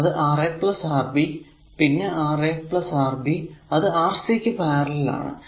അത് Ra Rb പിന്നെ Ra Rb അത് Rc ക്കു പാരലൽ ആണ്